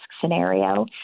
scenario